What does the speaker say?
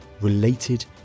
related